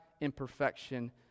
imperfection